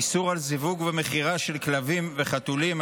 איסור על זיווג ומכירה של כלבים וחתולים),